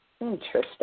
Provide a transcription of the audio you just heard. interesting